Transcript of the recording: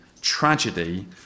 tragedy